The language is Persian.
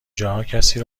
جاها، کسی